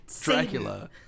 dracula